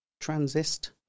Transist